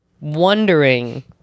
wondering